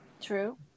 True